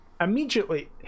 immediately